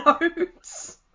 notes